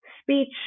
speech